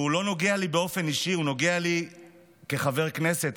שלא נוגע לי באופן אישי, הוא נוגע לי כחבר הכנסת.